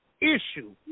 issue